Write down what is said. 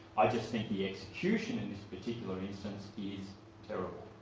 i just think the execution in this particular instance is terrible.